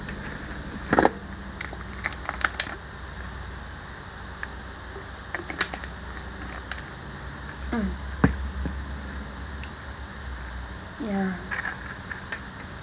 ya